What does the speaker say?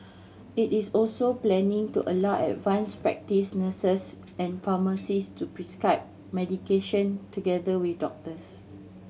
it is also planning to allow advanced practice nurses and pharmacist to prescribe medication together with doctors